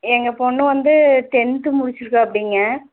எங்கள் பொண்ணு வந்து டென்த் முடிச்சிருக்காப்பிடிங்க